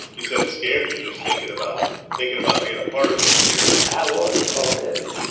you said it scared you just thinking about thinking about being a part of it was scary. but i was a part of it.